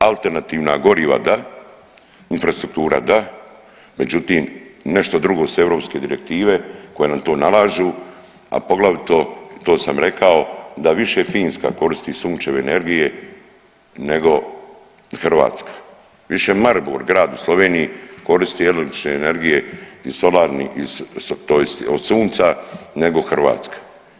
Alternativna goriva da, infrastruktura da, međutim nešto drugo su europske direktive koje nam to nalažu, a poglavito to sam rekao, da više Finska koristi sunčeve energije nego Hrvatska, više Maribor grad u Sloveniji koristi električne energije iz solarnih tj. od sunca nego Hrvatska.